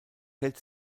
hält